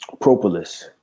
Propolis